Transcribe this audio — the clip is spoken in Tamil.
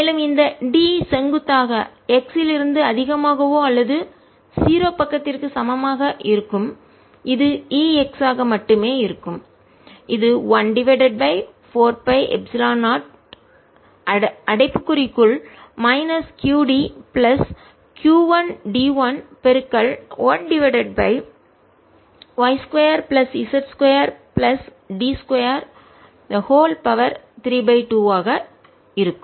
மேலும் இந்த D செங்குத்தாக x இலிருந்து அதிகமாகவோ அல்லது 0 பக்கத்திற்கு சமமாக இருக்கும் இது Ex ஆக மட்டுமே இருக்கும் இது 1 டிவைடட் பை 4 pi எப்சிலான் 0 அடைப்புக்குறிக்குள் minus qd plus q 1 d 1 1 divided by y 2 plus z 2 plus d 2 3 2 ஆக இருக்கும்